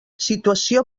situació